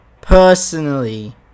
personally